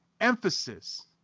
emphasis